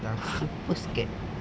ya super scared